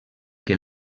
que